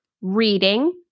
reading